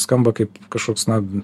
skamba kaip kažkoks na